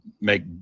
make